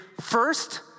first